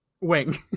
wing